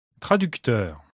Traducteur